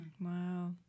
wow